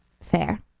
Fair